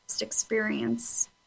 experience